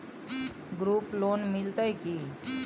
Group loan मिलतै की?